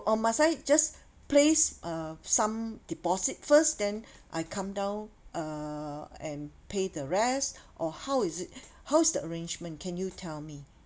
or must I just place uh some deposit first then I come down uh and pay the rest or how is it how's the arrangement can you tell me